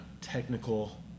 technical